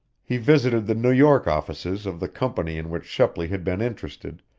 he visited the new york offices of the company in which shepley had been interested,